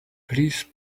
please